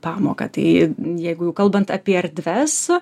pamoką tai jeigu jau kalbant apie erdves